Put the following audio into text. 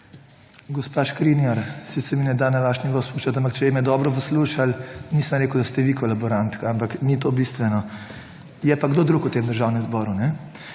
Gospa Škrinjar saj se mi ne da na vas nivo spuščati, ampak če ste me dobro poslušali nisem rekel, da ste vi kolaborantka, ampak ni to bistveno. Je pa kdo drug v Državnem zboru.